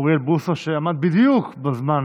אוריאל בוסו, שעמד בדיוק בזמן